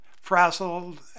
frazzled